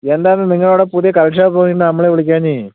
എന്താണ് നിങ്ങളവിടെ പുതിയ കള്ള് ഷാപ്പ് തുടങ്ങിയിട്ട് നമ്മളെ വിളിക്കാഞ്ഞത്